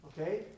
Okay